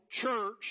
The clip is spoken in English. church